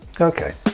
Okay